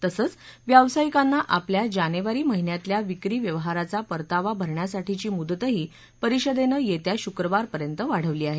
तसंच व्यावसायिकांना आपल्या जानेवारी महिन्यातल्या विक्री व्यवहाराचा परतावा भरण्यासाठीची मुदतही परिषदेनं येत्या शुक्रवारपर्यंत वाढवली आहे